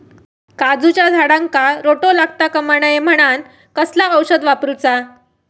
काजूच्या झाडांका रोटो लागता कमा नये म्हनान कसला औषध वापरूचा?